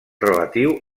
relatiu